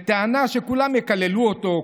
בטענה שכולם יקללו אותו,